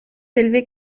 élevées